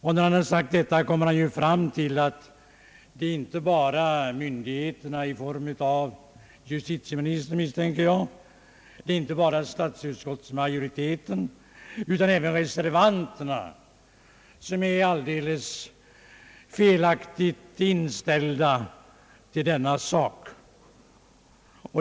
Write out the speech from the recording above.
Sedan han sagt detta, kommer han fram till att det inte bara är myndigheterna — jag misstänker att det är justitieministern som får representera dem här — inte bara statsutskottets majoritet utan även reservanterna som är alldeles felaktigt inställda till denna fråga.